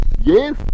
Yes